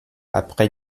après